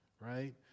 right